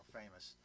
famous